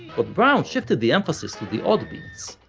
but brown shifted the emphasis to the odd beats,